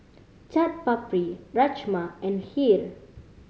Chaat Papri Rajma and Kheer